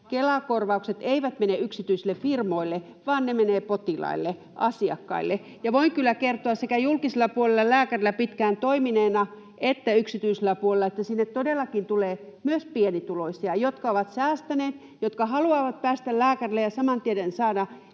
Kela-korvaukset eivät mene yksityisille firmoille, vaan ne menevät potilaille, asiakkaille. Ja voin kyllä kertoa sekä julkisella puolella että yksityisellä puolella lääkärinä pitkään toimineena, että sinne todellakin tulee myös pienituloisia, jotka ovat säästäneet, jotka haluavat päästä lääkärille ja saman tien saada